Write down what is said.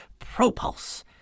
Propulse